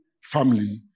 family